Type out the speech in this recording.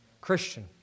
Christian